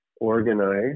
organize